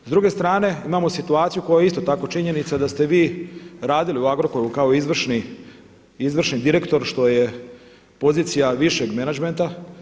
S druge strane, imamo situaciju koja je isto tako činjenica da ste vi radili u Agrokoru kao izvršni direktor što je pozicija višeg menadžmenta.